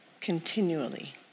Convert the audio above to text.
continually